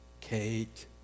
Kate